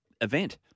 event